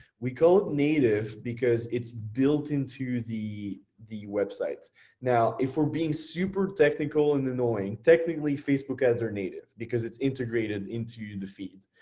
we call it native because it's built into the the website. now, if we're being super technical and annoying, technically facebook ads are native because it's integrated into the feed.